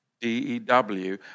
D-E-W